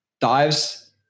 dives